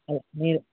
మీరు